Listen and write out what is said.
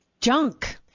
junk